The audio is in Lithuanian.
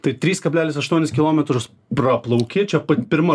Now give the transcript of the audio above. tai trys kablelis aštuonis kilometrus praplauki čia pirma